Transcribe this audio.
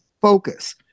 focus